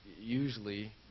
usually